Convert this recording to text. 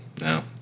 no